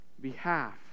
behalf